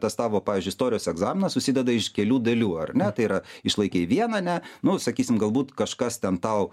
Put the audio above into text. tas tavo pavyzdžiui istorijos egzaminas susideda iš kelių dalių ar ne tai yra išlaikei vieną ane nu sakysim galbūt kažkas ten tau